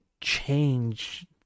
change